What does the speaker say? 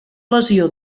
lesió